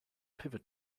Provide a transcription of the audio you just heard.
pivot